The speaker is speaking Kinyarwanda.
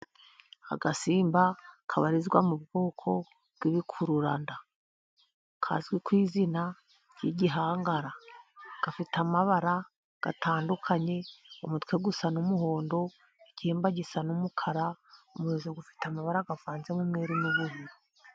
Agasimba kabarizwa mu bwoko bw'ibikururanda kazwi ku izina ry'igihangara, gafite amabara atandukanye, umutwe usa n'umuhondo, igihimba gisa n'umukara, umurizo ufite amabara avanzemo umweru n'ubururu.